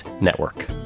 network